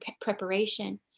preparation